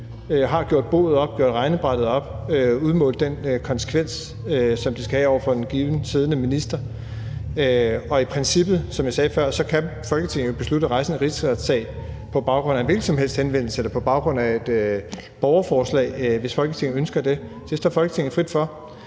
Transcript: har gjort boet op, gjort regnebrættet op og udmålt den konsekvens, som det skulle have over for den givne siddende minister. Og i princippet, som jeg sagde før, kan Folketinget jo beslutte at rejse en rigsretssag på baggrund af en hvilken som helst henvendelse eller på baggrund af et borgerforslag, hvis Folketinget ønsker det. Det står Folketinget frit for.